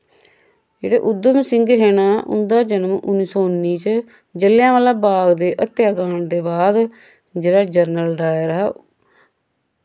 जेह्ड़े उधम सिंह हे ना उंदा जनम उन्नी सौ उन्नी च जलियां वाला बाग दे हत्य कांड़ दे बाद जेह्ड़ा जर्नल डायर हा